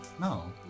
No